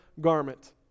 garment